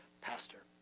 Pastor